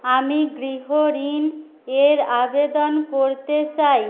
আমি গৃহ ঋণ এর আবেদন করতে চাই